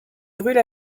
brûle